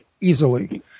easily